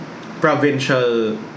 provincial